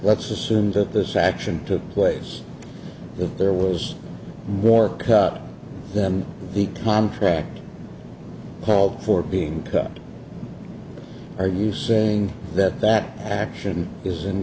let's assume that this action took place if there was more than the contract fault for being are you saying that that action is